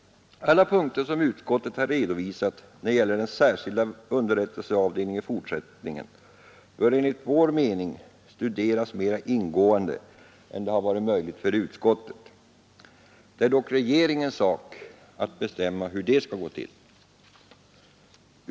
Alla punkter som utskottet har redovisat när det gäller den särskilda underrättelseavdelningen i fortsättningen bör enligt vår mening studeras mera ingående än det har varit möjligt för utskottet. Det är dock regeringens sak att bestämma hur det skall gå till.